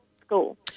school